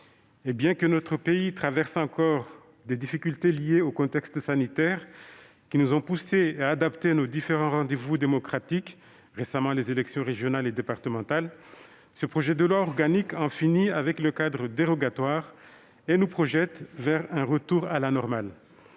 Bien que notre pays traverse encore des difficultés liées au contexte sanitaire qui nous ont poussés à adapter nos différents rendez-vous démocratiques, récemment les élections régionales et départementales, ce projet de loi organique en finit avec le cadre dérogatoire et nous projette vers un retour à la normale.